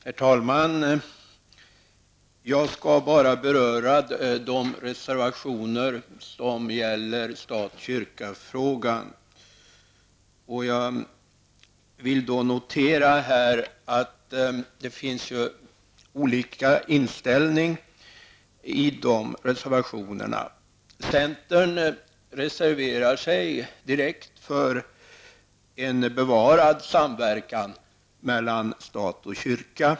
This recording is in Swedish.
Herr talman! Jag skall bara beröra de reservationer som gäller stat--kyrka-frågan. Det finns olika inställningar i de reservationerna. Centern reserverar sig direkt för en bevarad samverkan mellan stat och kyrka.